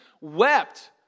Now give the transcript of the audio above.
wept